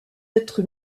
être